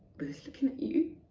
because looking at you